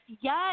yes